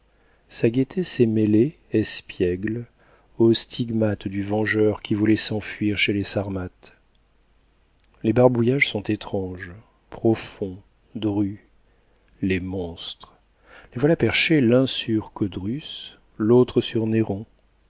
sa gaîté s'est mêlée espiègle aux stigmates du vengeur qui voulait s'enfuir chez les sarmates les barbouillages sont étranges profonds drus les monstres les voilà perchés l'un sur codrus l'autre sur